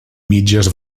mitges